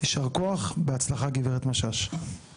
ישר כח, בהצלחה גברת משש.